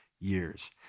years